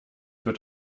wird